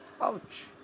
Ouch